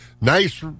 nice